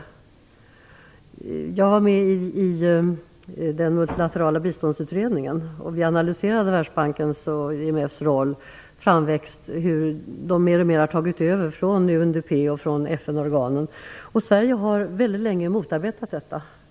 Jag satt med i den multilaterala biståndsutredningen. Vi analyserade Världsbankens och IMF:s roll, framväxt och hur de mer och mer har tagit över från UNDP och FN organen. Sverige har mycket länge motarbetat detta.